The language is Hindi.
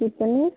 कितने